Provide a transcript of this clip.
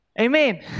Amen